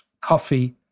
coffee